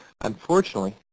Unfortunately